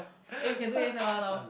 eh we can do A_S_M_R now